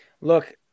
Look